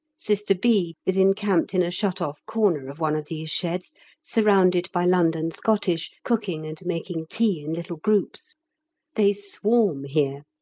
sister b. is encamped in a shut-off corner of one of these sheds surrounded by london scottish cooking and making tea in little groups they swarm here.